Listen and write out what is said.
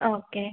okay